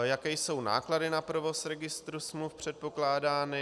Jaké jsou náklady na provoz Registru smluv předpokládány?